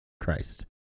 Christ